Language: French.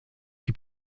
qui